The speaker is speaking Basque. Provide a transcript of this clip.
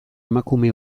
emakume